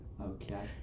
Okay